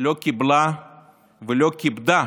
לא קיבלה ולא כיבדה